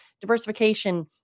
diversification